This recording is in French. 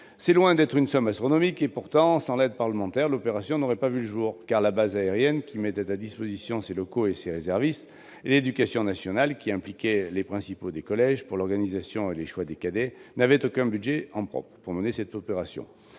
C'est loin d'être une somme astronomique et, pourtant, sans l'aide parlementaire, l'opération n'aurait pas vu le jour, car la base aérienne, qui mettait à disposition ses locaux et ses réservistes, et l'éducation nationale, qui impliquait les principaux des collèges pour l'organisation et le choix des cadets, n'avaient aucun budget en propre pour la mener.